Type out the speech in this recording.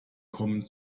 kommen